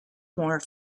more